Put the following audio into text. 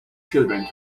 children